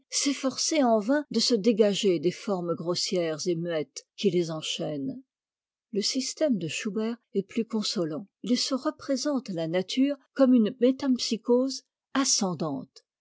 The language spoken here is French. s'efforcer en vain de se dégager des formes grossières et muettes qui les enchaînent le système de schubert est plus consolant il se représente la nature comme une métempsycose ascendante